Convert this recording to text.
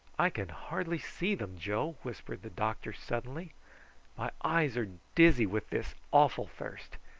i can hardly see them, joe, whispered the doctor suddenly my eyes are dizzy with this awful thirst.